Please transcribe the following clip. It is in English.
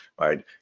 right